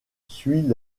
suit